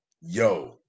yo